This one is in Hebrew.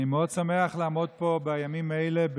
אני מאוד שמח לעמוד פה בימים האלה,